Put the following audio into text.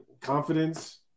confidence